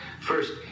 First